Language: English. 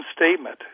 statement